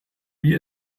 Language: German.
wie